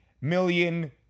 million